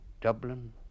Dublin